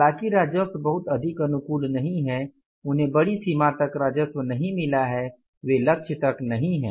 हालांकि राजस्व बहुत अधिक अनुकूल नहीं हैं उन्हें बड़ी सीमा तक राजस्व नहीं मिला है वे लक्ष्य तक नहीं हैं